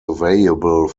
available